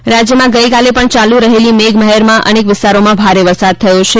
વરસાદ રાજ્ય રાજ્યમાં ગઈકાલે પણ ચાલુ રહેલી મેધ મહેરમાં અનેક વિસ્તારોમાં ભારે વરસાદ થયો છે